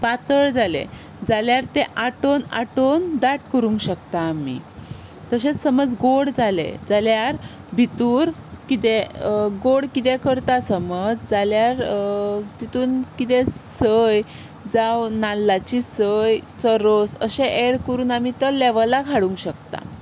पातळ जालें जाल्यार तें आटोवन आटोवन दाट करूंक शकता आमी तशेंच समज गोड जालें जाल्यार भितर कितें गोड कितें करता समज जाल्यार तातूंत कितें सोय जावं नाल्लाची सोयेचो रोस अशें एड करून आमी तो लॅवलाक हाडूंक शकता